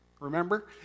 Remember